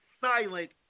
silent